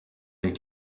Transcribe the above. les